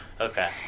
Okay